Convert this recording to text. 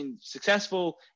successful